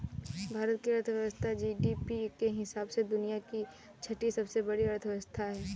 भारत की अर्थव्यवस्था जी.डी.पी के हिसाब से दुनिया की छठी सबसे बड़ी अर्थव्यवस्था है